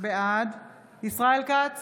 בעד ישראל כץ,